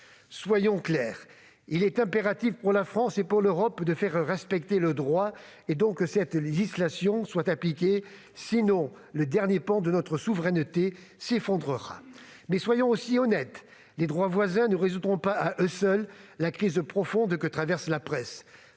Soyons clairs : il est impératif pour la France et pour l'Europe de faire respecter le droit. Il faut donc que cette législation soit appliquée, faute de quoi le dernier pan de notre souveraineté s'effondrera. Mais soyons aussi honnêtes : les droits voisins ne résoudront pas à eux seuls la crise profonde que traverse la presse,